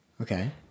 Okay